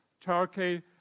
Turkey